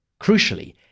Crucially